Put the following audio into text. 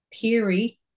theory